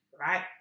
right